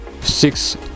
six